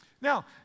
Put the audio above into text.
Now